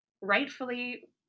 rightfully